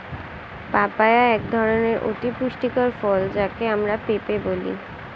papaya এক ধরনের অতি পুষ্টিকর ফল যাকে আমরা পেঁপে বলি